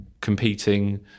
competing